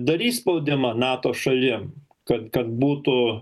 darys spaudimą nato šalim kad kad būtų